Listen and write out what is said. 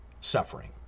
suffering